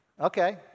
Okay